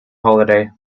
holiday